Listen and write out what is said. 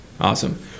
Awesome